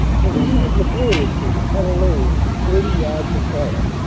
proceeded laboriously to cut a lane through thirty yards of wire.